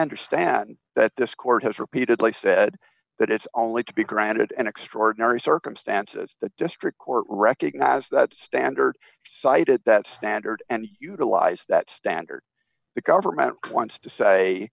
understand that this court has repeatedly said that it's only to be granted an extraordinary circumstances the district court recognized that standard cited that standard and utilize that standard the government wants to say